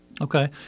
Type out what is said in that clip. Okay